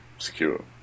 Secure